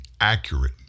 accurate